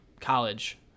college